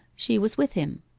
she was with him.